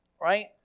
right